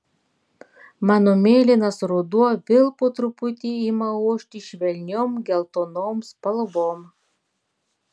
mano mėlynas ruduo vėl po truputį ima ošti švelniom geltonom spalvom